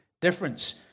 difference